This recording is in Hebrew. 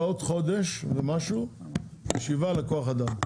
חודש אנחנו נקיים ישיבה לעניין הכוח אדם.